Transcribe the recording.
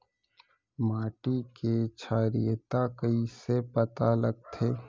माटी के क्षारीयता कइसे पता लगथे?